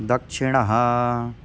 दक्षिणः